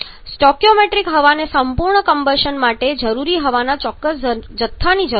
stoichiometric હવાને સંપૂર્ણ combustion માટે જરૂરી હવાના ચોક્કસ જથ્થાની જરૂર છે